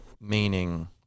meaning